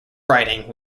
writing